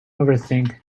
overthink